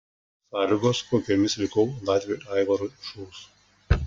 sąlygos kokiomis vykau latviui aivarui žuvus